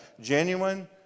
genuine